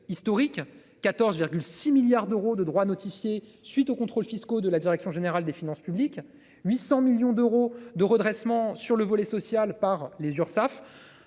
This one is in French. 14 6 milliards d'euros de droits notifiés suite aux contrôles fiscaux de la direction générale des finances publiques. 800 millions d'euros de redressement. Sur le volet social par les Urssaf.